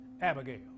Abigail